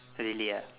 really ah